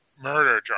murder